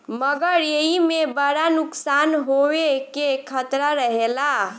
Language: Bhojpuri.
मगर एईमे बड़ा नुकसान होवे के खतरा रहेला